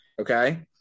Okay